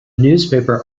newspaper